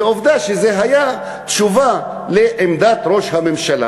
ועובדה שזו הייתה תשובה לעמדת ראש הממשלה